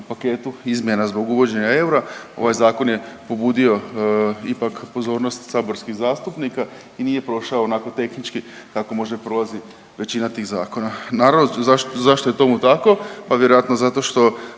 paketu izmjena zbog uvođenja eura. Ovaj zakon je pobudio ipak pozornost saborskih zastupnika i nije prošao onako tehnički kako možda prolazi većina tih zakona. Naravno zašto je tomu tako, pa vjerojatno zato što